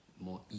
more